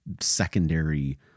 secondary